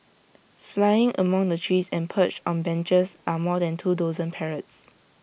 flying among the trees and perched on benches are more than two dozen parrots